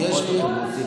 פחות אוטובוסים.